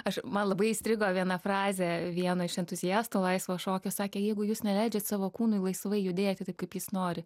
aš man labai įstrigo viena frazė vieno iš entuziastų laisvo šokio sakė jeigu jūs neleidžiat savo kūnui laisvai judėti taip kaip jis nori